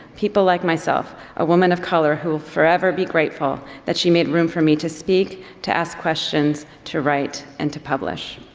people like myself, a woman of color who will forever be grateful that she made room for me to speak, to ask questions, to write and to publish.